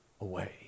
away